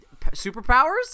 superpowers